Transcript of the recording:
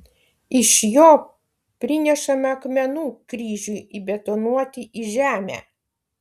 iš jo prinešame akmenų kryžiui įbetonuoti į žemę